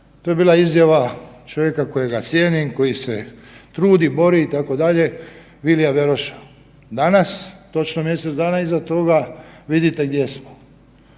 to je bila izjava čovjeka kojega cijenim, koji se trudi, bori itd. Vilija Beroša. Danas, točno mjesec dana iza toga vidite gdje smo.